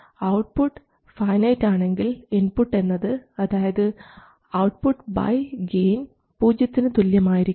output finite ആണെങ്കിൽ input എന്നത് അതായത് ഔട്ട്പുട്ട് ബൈ ഗെയിൻ പൂജ്യത്തിന് തുല്യമായിരിക്കണം